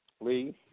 Lee